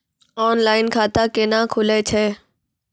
Online खाता केना खुलै छै?